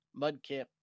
Mudkip